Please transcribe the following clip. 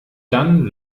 dann